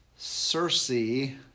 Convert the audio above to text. Cersei